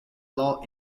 law